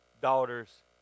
daughter's